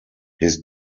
his